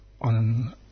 on